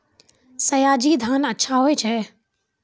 सयाजी धान अच्छा होय छै?